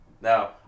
Now